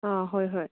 ꯑꯥ ꯍꯣꯏ ꯍꯣꯏ